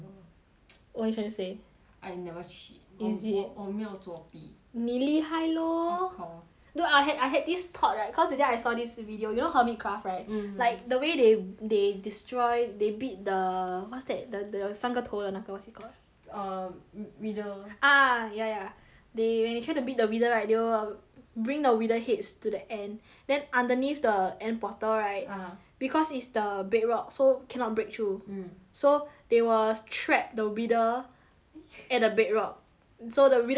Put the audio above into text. what you trying to say I never cheat is it 我我没作弊你厉害 lor of course dude I had I had this thought right cause today I saw this video you know hermit craft right mm like the way they they destroy they beat the what's that th~ the 有三个头的那个 what's it call uh wi~ wither ah ya ya they when they try to beat the wither right they will bring the wither heads to the end then underneath the end portal right ah because it's the Bedrock so cannot break through mm so they will trap the wither at the Bedrock so the wither cannot move